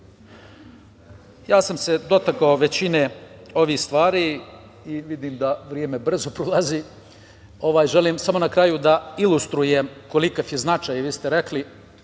sam se dotakao većine ovih stvari i vidim da vreme brzo prolazi. Želim samo na kraju da ilustrujem koliki je značaj, vi ste rekli,